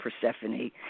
Persephone